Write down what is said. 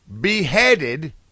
beheaded